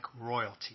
royalty